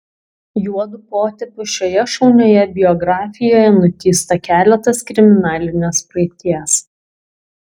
juodu potėpiu šioje šaunioje biografijoje nutįsta keletas kriminalinės praeities